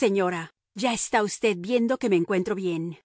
señora ya está usted viendo que me encuentro bien